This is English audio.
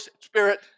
spirit